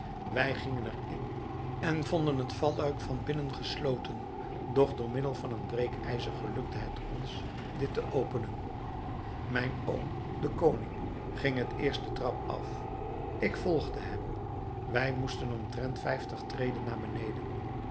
wij gingen er in en vonden het valluik van binnen gesloten doch door middel van een breekijzer gelukte het ons dit te openen mijn oom de koning ging het eerst den trap af ik volgde hem wij moesten omtrent vijftig treden naar beneden